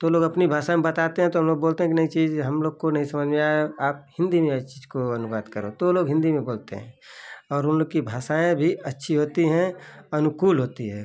तो लोग अपनी भाषा में बताते हैं तो हम लोग बोलते हैं कि नही चीज़ चीज़ हम लोग को नहीं समझ में आया आप हिन्दी में इस चीज़ को अनुवाद करो तो वो लोग हिन्दी में बोलते हैं और उन लोग की भाषाएँ भी अच्छी होती हैं अनुकूल होती है